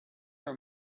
for